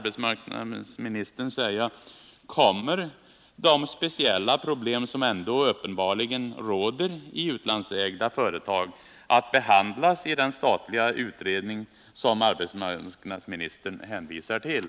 behandlas i den statliga utredning som arbetsmarknadsministern hänvisar till?